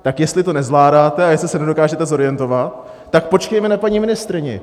Tak jestli to nezvládáte a jestli se nedokážete zorientovat, tak počkejme na paní ministryni.